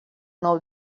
nou